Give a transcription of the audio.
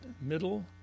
middle